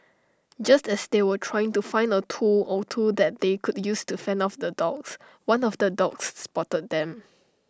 just as they were trying to find A tool or two that they could use to fend off the dogs one of the dogs spotted them